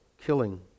killing